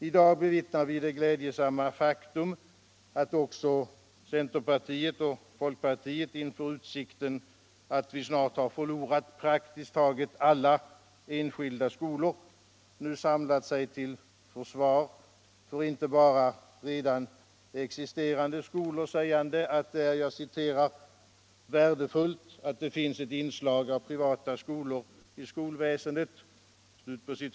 I dag bevittnar vi det glädjande faktum att också centerpartiet och Nr 102 folkpartiet inför utsikten att vi snart har förlorat praktiskt taget alla en Onsdagen den skilda skolor har samlat sig till försvar för redan existerande skolor, sä 7 april 1976 gande att det är ”värdefullt att det finns ett inslag av privata skolor i skolväsendet”.